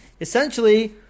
Essentially